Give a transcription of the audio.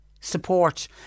support